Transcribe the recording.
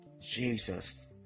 Jesus